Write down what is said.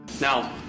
Now